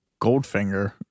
goldfinger